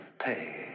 pay